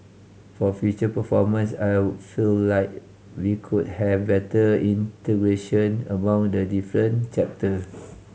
for future performance I feel like we could have better integration among the different chapter